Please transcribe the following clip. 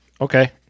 Okay